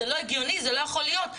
זה לא הגיוני וזה לא יכול להיות.